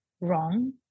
wrong